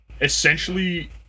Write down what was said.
essentially